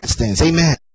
Amen